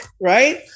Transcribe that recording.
right